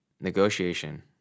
Negotiation